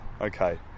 okay